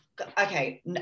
Okay